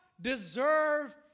deserve